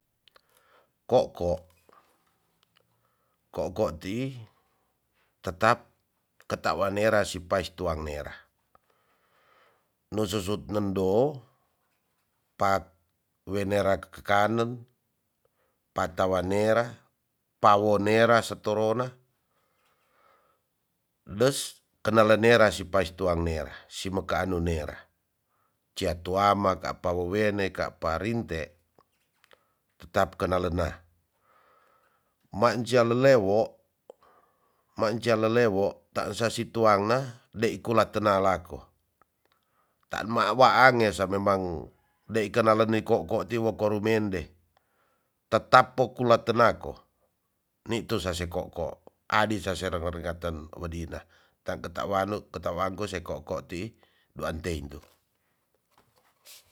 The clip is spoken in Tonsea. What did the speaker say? Koko. koko tii tetap ketawa nera si pais tuang nera no sosot nendo pat wenera kanen pata wanera pa wanera si torona des kenala nera si pais tuang nera si mekano nera ca tuama ka pawowene ka parinte. tetap kena lena manja lelewo. manja lelewo ta sasi tuang na dei kula tena lako tan ma waange sa memang dei kenala ni koko ti wo ko rumende tetap po kula tenako nitu sasi koko adi sase rarigaten wadina ta ketawan ko se koko tii dua teintu.